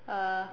uh